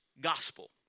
gospel